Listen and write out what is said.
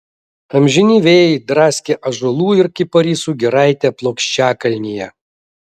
amžini vėjai draskė ąžuolų ir kiparisų giraitę plokščiakalnyje